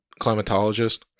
climatologist